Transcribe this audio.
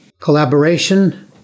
collaboration